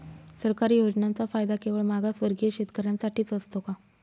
सरकारी योजनांचा फायदा केवळ मागासवर्गीय शेतकऱ्यांसाठीच असतो का?